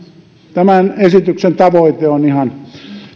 tämän esityksen tavoite on ihan